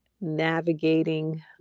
navigating